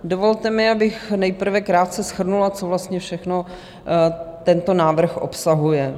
Dovolte mi, abych nejprve krátce shrnula, co vlastně všechno tento návrh obsahuje.